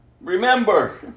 Remember